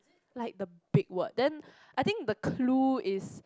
like the big word then I think the clue is